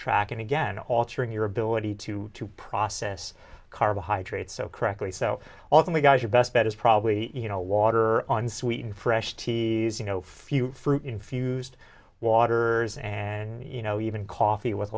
track and again altering your ability to to process carbohydrates so correctly so all the guys your best bet is probably you know water on sweet and fresh teas you know few fruit infused water and you know even coffee with a